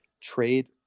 trade